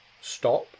stop